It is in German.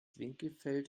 winkelfeld